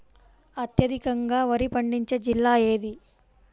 అత్యధికంగా వరి పండించే జిల్లా ఏది?